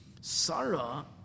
Sarah